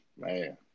Man